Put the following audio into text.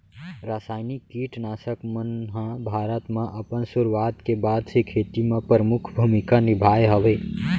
रासायनिक किट नाशक मन हा भारत मा अपन सुरुवात के बाद से खेती मा परमुख भूमिका निभाए हवे